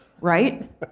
right